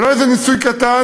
זה לא איזה ניסוי קטן,